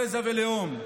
גזע ולאום.